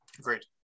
Great